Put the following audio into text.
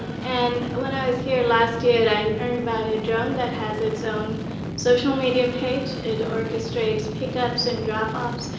and when i was here last year i learned about a drone that has its own social media page. it orchestrates pick ups and drop offs.